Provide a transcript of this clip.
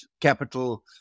capital